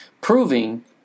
Proving